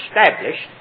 established